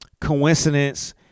coincidence